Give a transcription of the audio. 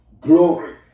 Glory